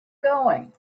going